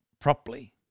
properly